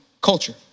culture